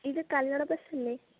ഇത് കല്ലട ബസ്സല്ലെ